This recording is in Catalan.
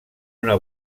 una